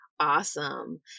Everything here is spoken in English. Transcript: Awesome